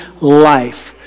life